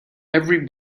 every